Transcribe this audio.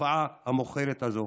לתופעה המכוערת הזאת.